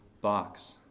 box